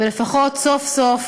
ולפחות סוף-סוף